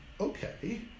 okay